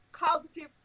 positive